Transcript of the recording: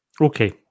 Okay